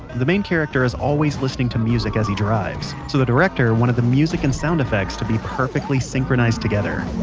the main character is always listening to music as he drives, so the director wanted the music and sound effects to be perfectly synchronized together